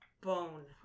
Bone